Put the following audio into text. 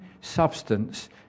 substance